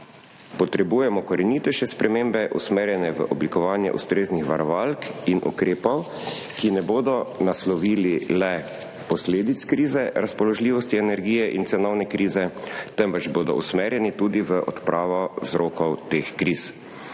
Potrebujemo korenitejše spremembe, usmerjene v oblikovanje ustreznih varovalk in ukrepov, ki ne bodo naslovili le posledic krize razpoložljivosti energije in cenovne krize, temveč bodo usmerjeni tudi v odpravo vzrokov teh kriz.